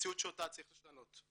מציאות שאותה צריך לשנות.